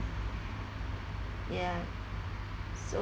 ya so